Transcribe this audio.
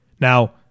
Now